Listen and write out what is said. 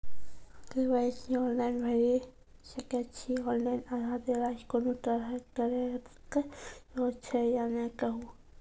KYC online भैरि सकैत छी, ऑनलाइन आधार देलासॅ कुनू तरहक डरैक जरूरत छै या नै कहू?